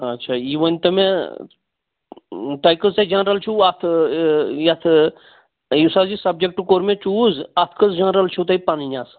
اچھا یہِ ؤنۍتَو مےٚ تۄہہِ کۭژاہ جَرنل چھُ اَتھ یہ یَتھ یُس حظ یہِ سَبجٮ۪کٹہٕ کوٚر مےٚ چوٗز اَتھ کٔژ جَرنل چھِِ تۄہہِ پَنٕنۍ آسان